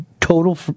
total